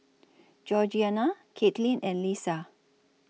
Georgeanna Katelyn and Lissa